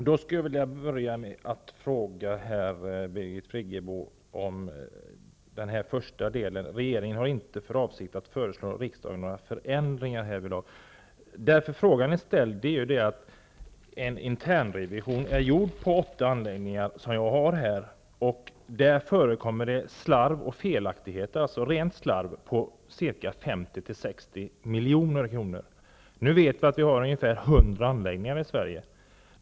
Herr talman! Birgit Friggebo sade i sitt svar: ''Regeringen har inte för avsikt att föreslå riksdagen några förändringar härvidlag.'' Anledningen till att denna fråga har ställts är att en internrevision har gjorts på åtta anläggningar, och man har konstaterat att det förekommer slarv och felaktigheter, alltså rent slarv som kostar 50--60 milj.kr. Nu vet vi att vi har ungefär hundra anläggningar i Sverige.